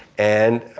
and